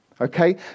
okay